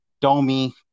Domi